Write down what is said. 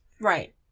Right